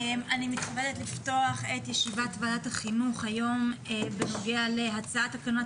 אני מתכבדת לפתוח את ישיבת ועדת החינוך היום בנוגע להצעת תקנות